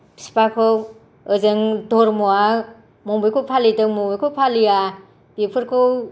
बिफाखौ ओजों धोरोमा बबेखौ फालिदों बबेखौ फालिया बेफोरखौ